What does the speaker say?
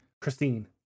Christine